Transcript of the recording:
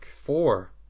four